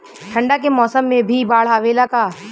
ठंडा के मौसम में भी बाढ़ आवेला का?